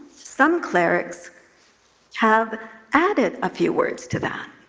some clerics have added a few words to that,